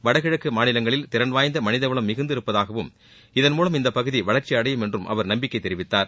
வடகிழக்கு மாநிலங்களில் திறன் வாய்ந்த மனிதவளம் மிகுந்து இருப்பதாகவும் இதன் மூலம் இந்த வளர்ச்சி அடையும் என்றும் அவர் நம்பிக்கை தெரிவித்தார்